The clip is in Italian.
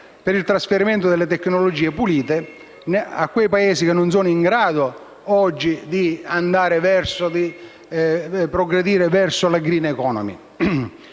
per il trasferimento delle tecnologie pulite nei Paesi non in grado di progredire verso la *green economy*.